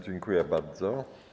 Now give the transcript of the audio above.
Dziękuję bardzo.